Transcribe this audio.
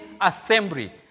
assembly